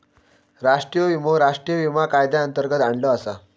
राष्ट्रीय विमो राष्ट्रीय विमा कायद्यांतर्गत आणलो आसा